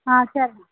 ஆ சரிங்க